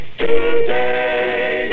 today